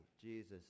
Jesus